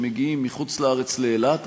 שמגיעים מחוץ-לארץ לאילת,